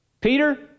Peter